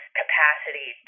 capacity